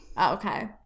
Okay